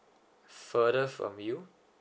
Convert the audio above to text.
further from you